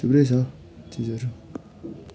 थुप्रै छ चिजहरू